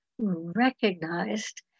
recognized